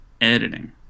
editing